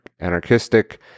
anarchistic